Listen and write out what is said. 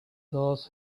those